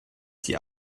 die